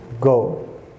Go